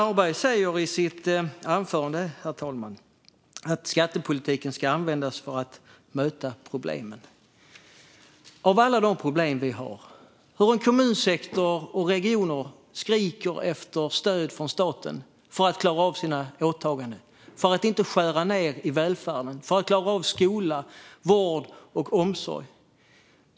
Boriana Åberg sa i sitt anförande att skattepolitiken ska användas för att möta problemen. Vi har många problem. Kommunsektorn och regionerna skriker efter stöd från staten för att klara av sina åtaganden, för att inte behöva skära ned i välfärden och för att klara av skola, vård och omsorg.